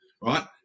right